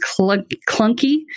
clunky